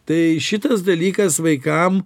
tai šitas dalykas vaikam